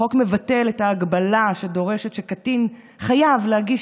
החוק מבטל את ההגבלה שדורשת שקטין חייב להגיש